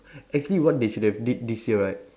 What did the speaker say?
actually what they should have did this year right